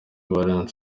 waremewe